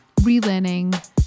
relearning